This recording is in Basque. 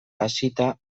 hasita